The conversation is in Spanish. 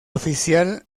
oficial